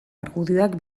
argudioak